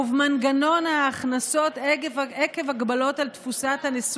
בקרוב בקרוב, יותר מהר ממה